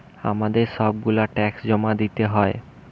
আমাদের সব গুলা ট্যাক্স জমা দিতে হয়